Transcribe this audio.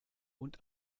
und